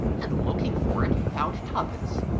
and, looking for it, found twopence.